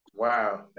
Wow